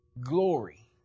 glory